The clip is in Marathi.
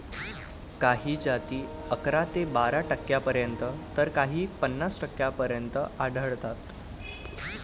काही जाती अकरा ते बारा टक्क्यांपर्यंत तर काही पन्नास टक्क्यांपर्यंत आढळतात